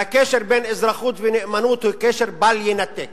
והקשר בין אזרחות ונאמנות הוא קשר בל יינתק.